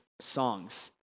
songs